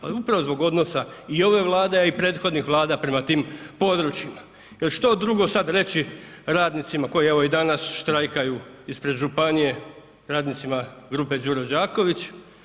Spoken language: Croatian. Pa upravo zbog odnosa i ove Vlade i prethodnih vlada prema tim područjima jer što drugo sada reći radnicima koji evo i danas štrajkaju ispred županije radnicima grupe Đuro Đaković.